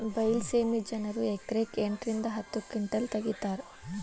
ಬೈಲಸೇಮಿ ಜನರು ಎಕರೆಕ್ ಎಂಟ ರಿಂದ ಹತ್ತ ಕಿಂಟಲ್ ತಗಿತಾರ